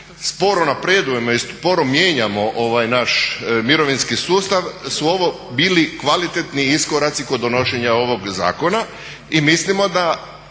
sporo napredujemo i sporo mijenjamo ovaj naš mirovinski sustav su ovo bili kvalitetni iskoraci kod donošenja ovog zakona i mislimo da